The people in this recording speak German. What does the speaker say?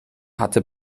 hatte